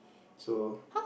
so